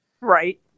Right